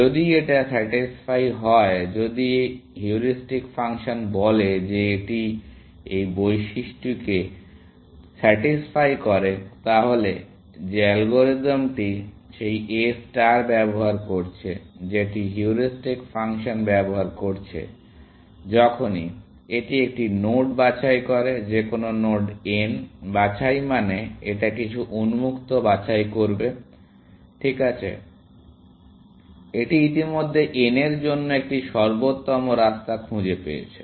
যদি এটি স্যাটিসফাই হয় যদি হিউরিস্টিক ফাংশন বলে যে এটি এই বৈশিষ্ট্যটিকে স্যাটিসফাই করে তাহলে যে অ্যালগরিদমটি সেই A ষ্টার ব্যবহার করছে যেটি হিউরিস্টিক ফাংশন ব্যবহার করছে যখনই এটি একটি নোড বাছাই করে যেকোনো নোড n বাছাই মানে এটা কিছু উন্মুক্ত বাছাই করবে ঠিক আছে এটি ইতিমধ্যে n এর জন্য একটি সর্বোত্তম রাস্তা খুঁজে পেয়েছে